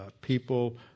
people